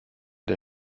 der